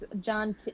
john